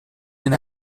and